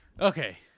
Okay